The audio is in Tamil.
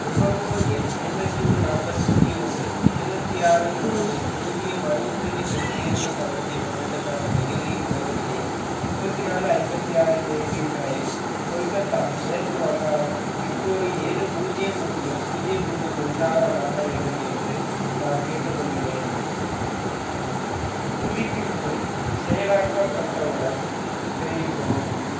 நுகர்வோர் எண் ஐம்பத்தி ஒன்று நாற்பத்தி ஒன்று எழுவத்தி ஆறு மூணு பூஜ்ஜியம் அறுபத்தி அஞ்சு தொண்ணூற்றி ஒன்று பதினஞ்சு பதினெட்டுக்கான டெலிவரி முகவரியை முப்பத்தி நாலு ஐம்பத்தி ஆறு மேப்பிள் டிரைவ் கொல்கத்தா மேற்கு வங்காளம் பின்கோடு ஏழு பூஜ்ஜியம் பூஜ்ஜியம் பூஜ்ஜியம் பூஜ்ஜியம் ஒன்றாக மாற்ற வேண்டும் என்று நான் கேட்டுக்கொள்கிறேன் புதுப்பிப்பு செயலாக்கப்பட்டவுடன் தெரிவிக்கவும்